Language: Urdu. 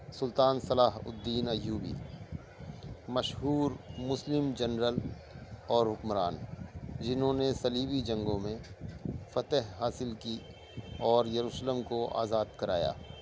سلطان صلاح الدین ایوبی مشہور مسلم جنرل اور حکمران جنہوں نے صلیبی جنگوں میں فتح حاصل کی اور یروشلم کو آزاد کرایا